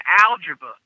algebra